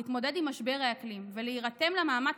להתמודד עם משבר האקלים ולהירתם למאמץ